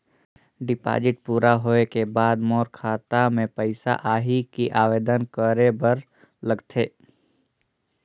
Deposit पूरा होय के बाद मोर खाता मे पइसा आही कि आवेदन करे बर लगथे?